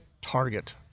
target